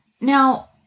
Now